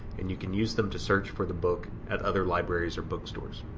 and you can use them to search for the book at other libraries or bookstores.